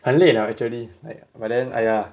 很累 lah actually like but then !aiya!